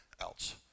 else